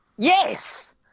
Yes